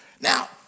Now